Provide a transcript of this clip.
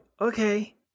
okay